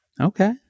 Okay